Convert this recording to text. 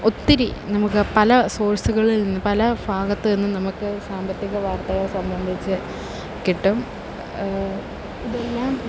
ഒത്തിരി നമുക്ക് പല സോഴ്സുകളിൽ നിന്ന് പല ഭാഗത്ത് നിന്നും നമുക്ക് സാമ്പത്തിക വാർത്തകൾ സംബന്ധിച്ച് കിട്ടും ഇത് പിന്നെ